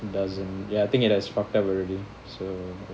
it doesn't ya I think it has fucked up already so